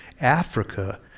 Africa